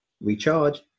recharge